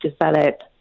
develop